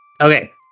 Okay